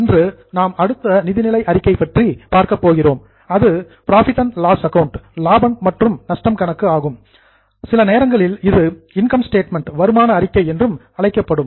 இன்று நாம் அடுத்த நிதிநிலை அறிக்கை பற்றி பார்க்க போகிறோம் அது புரோஃபிட் அண்ட் லாஸ் அக்கவுண்ட் லாபம் மற்றும் நஷ்டம் கணக்கு ஆகும் சில நேரங்களில் இது இன்கம் ஸ்டேட்மெண்ட் வருமான அறிக்கை என்றும் அழைக்கப்படும்